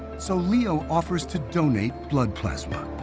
so liu offers to donate blood plasma.